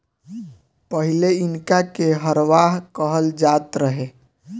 पहिले इनका के हरवाह कहल जात रहे